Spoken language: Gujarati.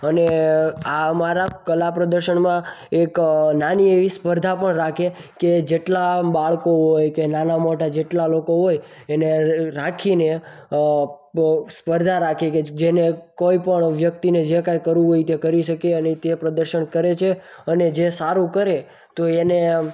અને આ અમારા કલા પ્રદશનમાં એક નાની એવી સ્પર્ધા પણ રાખે કે જેટલા બાળકો હોય કે નાના મોટા જેટલા હોય એને રાખીને સ્પર્ધા રાખે કે જેને કોઈ પણ વ્યક્તિને જે કાંઈ કરવું હોય તે કરી શકે છે અને તે પ્રદશન કરે છે અને જે સારું કરે તો એને